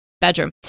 bedroom